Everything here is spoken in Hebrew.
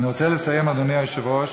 אני רוצה לסיים, אדוני היושב-ראש,